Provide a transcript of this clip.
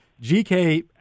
GK